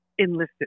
enlisted